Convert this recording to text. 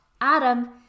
Adam